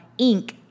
Inc